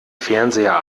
fernseher